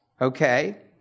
okay